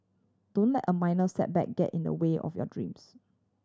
don't a minor setback get in the way of your dreams